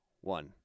one